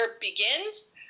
begins